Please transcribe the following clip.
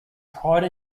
pride